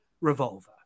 Revolver